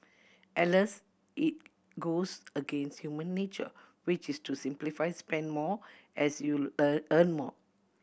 alas it goes against human nature which is to simplify spend more as you earn earn more